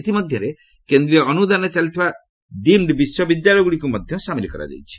ଏଥିମଧ୍ୟରେ କେନ୍ଦ୍ରୀୟ ଅନୁଦାନରେ ଚାଲିଥିବା ଡିମ୍ଡ୍ ବିଶ୍ୱବିଦ୍ୟାଳୟଗୁଡ଼ିକୁ ମଧ୍ୟ ସାମିଲ୍ କରାଯାଇଛି